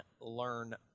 learn